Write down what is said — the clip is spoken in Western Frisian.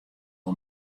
wol